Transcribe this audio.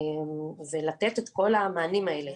זה לתת את כל המענים האלה,